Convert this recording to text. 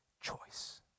choice